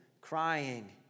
crying